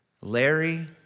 Larry